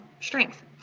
strength